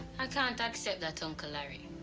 i can't accept that, uncle larry.